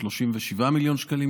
37 מיליון שקלים,